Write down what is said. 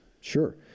Sure